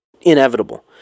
inevitable